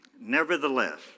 Nevertheless